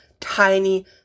tiny